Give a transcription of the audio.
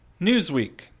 Newsweek